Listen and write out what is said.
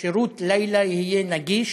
ששירות לילה יהיה נגיש